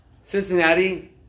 Cincinnati